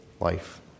life